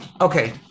Okay